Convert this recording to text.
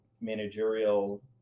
managerial